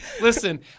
Listen